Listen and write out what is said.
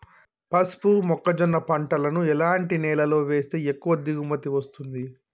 పసుపు మొక్క జొన్న పంటలను ఎలాంటి నేలలో వేస్తే ఎక్కువ దిగుమతి వస్తుంది?